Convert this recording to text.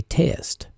test